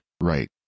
Right